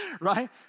Right